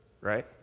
right